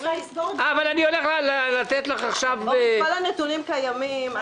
כל הנתונים קיימים.